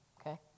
Okay